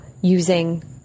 using